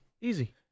Easy